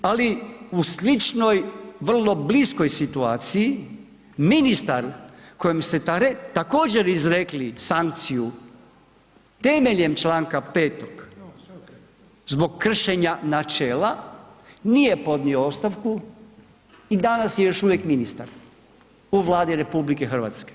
Ali, u sličnoj, vrlo bliskoj situaciji, ministar kojem ste također izrekli sankciju temeljem čl. 5. zbog kršenja načela, nije podnio ostavku i danas je još uvijek ministar u Vladi RH.